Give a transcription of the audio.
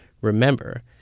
remember